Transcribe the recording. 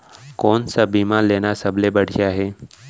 कोन स बीमा लेना सबले बढ़िया हे?